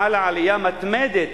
חלה עלייה מתמדת